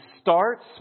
starts